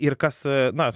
ir kas na